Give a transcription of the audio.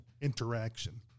interaction